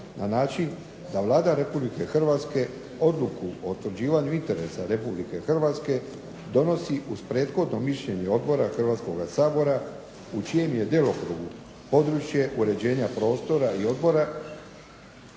na način da Vlada Republike Hrvatske odluku o utvrđivanju interesa RH donosi uz prethodno mišljenje Odbora Hrvatskoga sabora u čijem je djelokrugu područje uređenja prostora i odbora